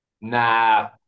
Nah